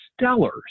stellar